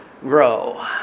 grow